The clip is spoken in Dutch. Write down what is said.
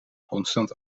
constant